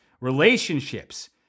relationships